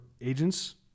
agents